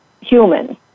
human